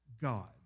God